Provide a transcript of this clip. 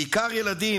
בעיקר ילדים,